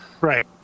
right